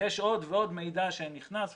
יש עוד מידע שנכנס,